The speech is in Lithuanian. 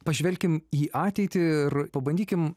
pažvelkim į ateitį ir pabandykim